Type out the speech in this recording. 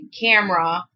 camera